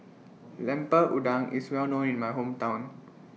Lemper Udang IS Well known in My Hometown